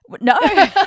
No